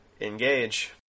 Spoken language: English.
Engage